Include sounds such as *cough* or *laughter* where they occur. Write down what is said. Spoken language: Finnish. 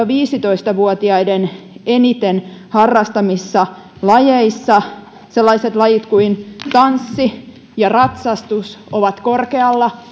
*unintelligible* viisitoista vuotiaiden eniten harrastamissa lajeissa sellaiset lajit kuin tanssi ja ratsastus ovat korkealla *unintelligible*